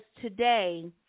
today